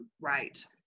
Right